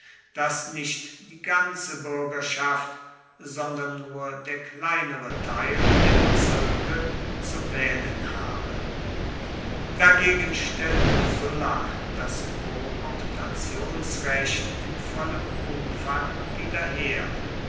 daß nicht die ganze bürgerschaft sondern nur der kleinere teil der bezirke zu wählen habe dagegen stellte sulla das kooptationsrecht in vollem umfang wieder her